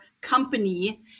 company